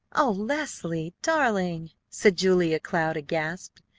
o leslie, darling! said julia cloud, aghast,